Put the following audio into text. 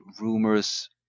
rumors